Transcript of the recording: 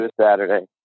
Saturday